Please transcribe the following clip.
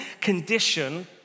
condition